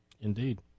Indeed